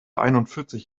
einundvierzig